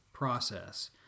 process